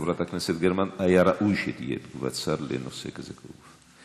חברת הכנסת גרמן: היה ראוי שתהיה תשובת שר בנושא כזה כאוב.